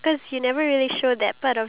iya